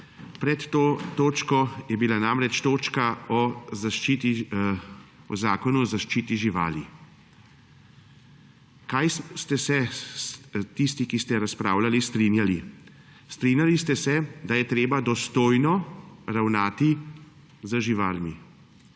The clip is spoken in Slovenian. Pred to točko je bila namreč točka o Zakonu o zaščiti živali. Kaj ste se tisti, ki ste razpravljali, strinjali? Strinjali ste se, da je treba dostojno ravnati z živalmi.